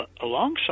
alongside